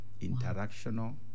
interactional